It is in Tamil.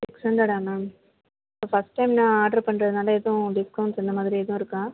சிக்ஸ் ஹண்ட்ரடா மேம் இப்போ ஃபர்ஸ்ட் டைம் நான் ஆட்ரு பண்ணுறதுனால எதுவும் டிஸ்கௌண்ட்ஸ் இந்த மாதிரி எதுவும் இருக்கா